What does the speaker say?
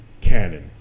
canon